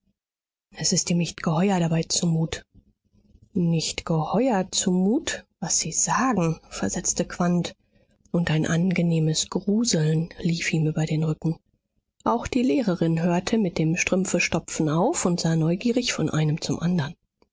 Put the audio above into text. es ist ihm nicht geheuer dabei zumut nicht geheuer zumut was sie sagen versetzte quandt und ein angenehmes gruseln lief ihm über den rücken auch die lehrerin hörte mit dem strümpfestopfen auf und sah neugierig von einem zum andern